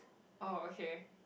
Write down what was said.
oh okay